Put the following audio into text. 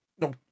no